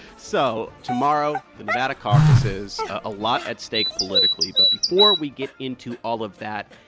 so tomorrow, the nevada caucuses a lot at stake politically. but before we get into all of that,